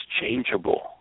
changeable